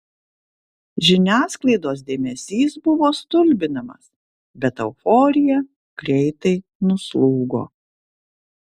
žiniasklaidos dėmesys buvo stulbinamas bet euforija greitai nuslūgo